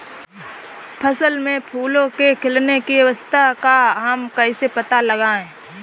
फसल में फूलों के खिलने की अवस्था का हम कैसे पता लगाएं?